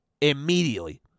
immediately